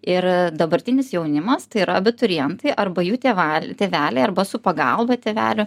ir dabartinis jaunimas tai yra abiturientai arba jų tėval tėveliai arba su pagalba tėvelio